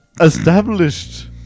established